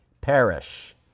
perish